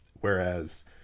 Whereas